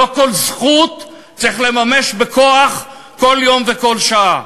לא כל זכות צריך לממש בכוח כל יום וכל שעה.